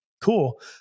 cool